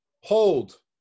hold